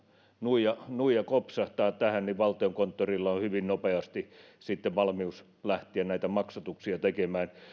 nuija nuija kopsahtaa tähän niin valtiokonttorilla on hyvin nopeasti sitten valmius lähteä näitä maksatuksia tekemään